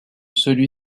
celui